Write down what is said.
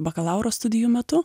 bakalauro studijų metu